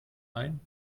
ein